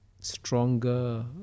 stronger